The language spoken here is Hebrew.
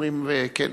אומרים, כן.